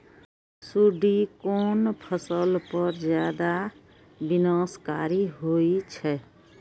सुंडी कोन फसल पर ज्यादा विनाशकारी होई छै?